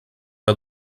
que